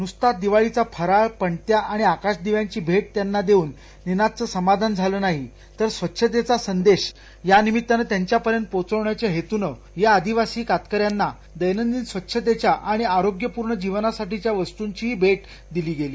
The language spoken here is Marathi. नुसताच दिवाळीचा फराळ पणत्या आणि आकाशदिव्याची भेट त्यांना देऊन निनादचं समाधान झालं नाही तर स्वच्छतेचा संदेश यानिमित्त त्यांच्यापर्यंत पोहोचविण्याच्या हेतून या आदिवासी कातकऱ्यांना दैनंदिन स्वच्छतेच्या आणि आरोग्यपूर्ण जीवनासाठीच्या वस्तुंचीही भेट दिली गेली